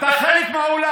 אתה חלק מהעולם.